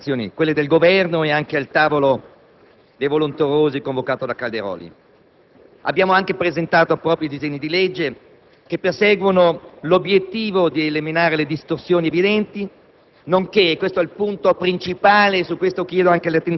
Autonomie ha partecipato ad ambedue le consultazioni, quella del Governo e quella del tavolo dei volenterosi convocato dal senatore Calderoli. Abbiamo anche presentato propri disegni di legge che perseguono l'obiettivo di eliminare le distorsioni evidenti,